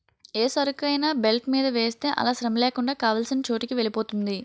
ఏ సరుకైనా బెల్ట్ మీద వేస్తే అలా శ్రమలేకుండా కావాల్సిన చోటుకి వెలిపోతుంది